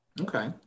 Okay